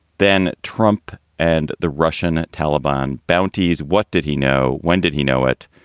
then, trump and the russian taliban bounty's. what did he know? when did he know it?